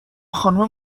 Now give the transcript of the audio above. خانوم